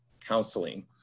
counseling